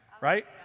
right